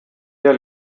der